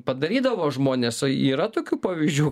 padarydavo žmonės o yra tokių pavyzdžių